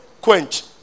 quench